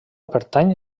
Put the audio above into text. pertany